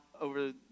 over